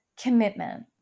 Commitment